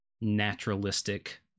naturalistic